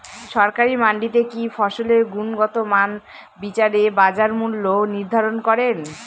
সরকারি মান্ডিতে কি ফসলের গুনগতমান বিচারে বাজার মূল্য নির্ধারণ করেন?